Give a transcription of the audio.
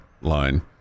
line